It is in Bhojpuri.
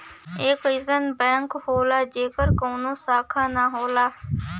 एक अइसन बैंक होला जेकर कउनो शाखा ना होला